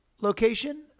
location